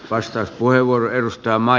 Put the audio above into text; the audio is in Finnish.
arvoisa puhemies